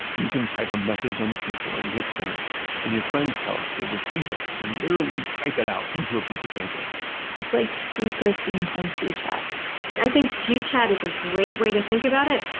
you can type a message on the keyboard, you hit send and your friend's telex will receive it and literally type it out onto a piece of paper it's like super steampunk g-chat g-chat i think g-chat is a great way to think about it